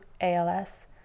ALS